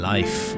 Life